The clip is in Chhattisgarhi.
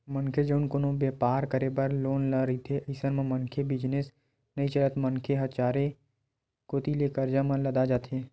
मनखे जउन कोनो बेपार करे बर लोन ले रहिथे अइसन म मनखे बिजनेस नइ चलय त मनखे ह चारे कोती ले करजा म लदा जाथे